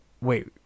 wait